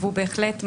הוא בהחלט החשש.